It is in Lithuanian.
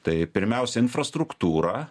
tai pirmiausia infrastruktūra